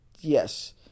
yes